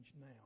now